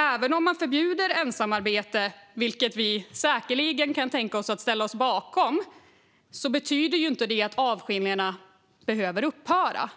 Även om man förbjuder ensamarbete, vilket vi säkerligen kan tänka oss att ställa oss bakom, betyder det inte att avskiljningarna behöver upphöra.